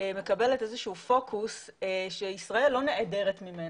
מקבלת איזשהו פוקוס, שישראל לא נעדרת ממנו.